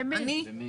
למי?